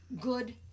good